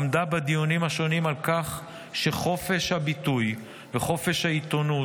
עמדה בדיונים השונים על כך שחופש הביטוי וחופש העיתונות,